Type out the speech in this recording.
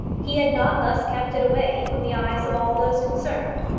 he had not thus kept it away from the eyes of all those concerned.